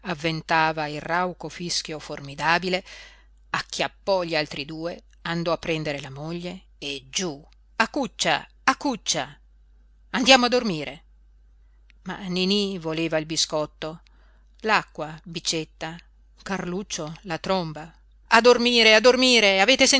avventava il rauco fischio formidabile acchiappò gli altri due andò a prendere la moglie e giú a cuccia a cuccia andiamo a dormire ma niní voleva il biscotto l'acqua bicetta carluccio la tromba a dormire a dormire avete